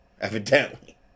evidently